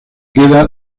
queda